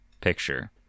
picture